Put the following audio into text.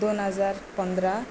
दोन हजार पंदरा